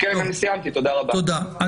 תודה לך.